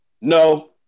No